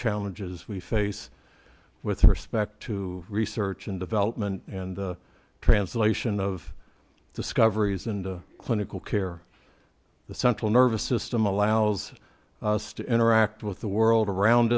challenges we face with respect to research and development and translation of discoveries and clinical care the central nervous system allows us to interact with the world around